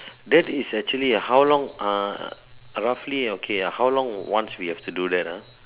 that is actually a how long ah roughly okay how long once we have to do that ah